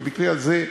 במקרה הזה,